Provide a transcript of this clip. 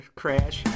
crash